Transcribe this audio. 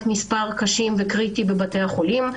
מספר מקרים קשים וקריטיים בבתי החולים.